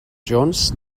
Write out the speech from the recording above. jones